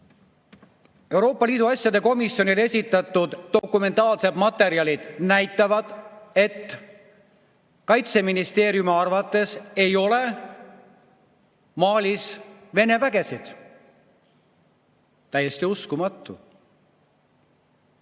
Euroopa Liidu asjade komisjonile esitatud dokumentaalsed materjalid näitavad, et Kaitseministeeriumi arvates ei ole Malis Vene vägesid. Täiesti uskumatu.